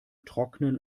trocknen